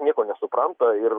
nieko nesupranta ir